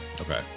Okay